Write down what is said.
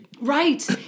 Right